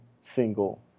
single